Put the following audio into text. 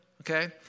okay